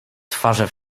twarze